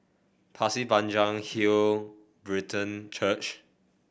Pasir Panjang Hill Brethren Church